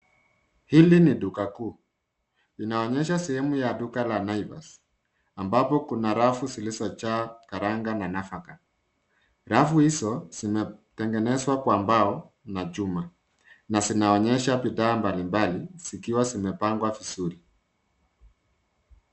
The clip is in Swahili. Hili ni duka kuu, linaonyesha sehemu ya duka la Naivas ambapo kuna rafu zilizojaa karanga na nafaka. Rafu hizo zimetengenezwa kwa mbao na chuma na zinaonyesha bidhaa mbalimbali zikiwa zimepangwa vizuri.